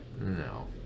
No